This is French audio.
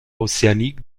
océanique